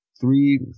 three